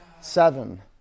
seven